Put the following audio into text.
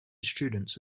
students